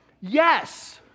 yes